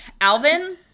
Alvin